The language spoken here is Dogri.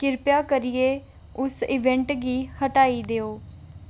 किरपा करियै उस इवेंट गी हटाई देओ